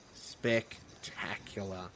Spectacular